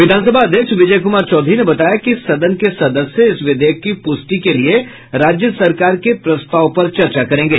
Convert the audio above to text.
विधानसभा अध्यक्ष विजय कुमार चौधरी ने बताया कि सदन के सदस्य इस विधेयक की पुष्टि के लिए राज्य सरकार के प्रस्ताव पर चर्चा करेंगे